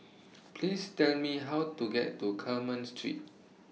Please Tell Me How to get to Carmen Street